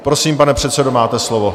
Prosím, pane předsedo, máte slovo.